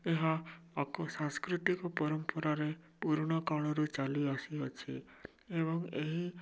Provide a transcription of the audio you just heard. ଏହା ଏକ ସାଂସ୍କୃତିକ ପରମ୍ପରାରେ ପୁରୁଣାକାଳରୁ ଚାଲିଆସିଅଛି ଏବଂ ଏହି